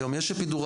היום יש אפידורל,